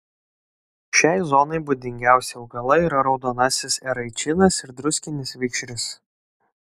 šiai zonai būdingiausi augalai yra raudonasis eraičinas ir druskinis vikšris